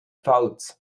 pfalz